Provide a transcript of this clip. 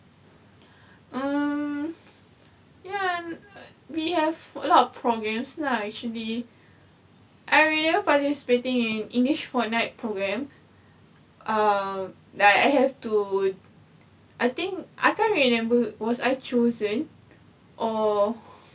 mm ya and we have a lot of programmes lah actually I remember participating in english fortnight programme um like I have to I think I can't remember was I chosen or